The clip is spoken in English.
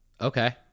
okay